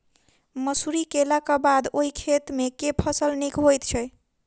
मसूरी केलाक बाद ओई खेत मे केँ फसल नीक होइत छै?